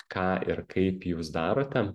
ką ir kaip jūs darote